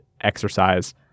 exercise